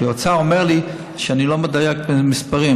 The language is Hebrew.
כי האוצר אומר לי שאני לא מדייק במספרים,